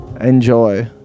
enjoy